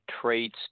traits